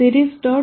series